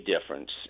difference